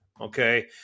Okay